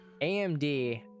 AMD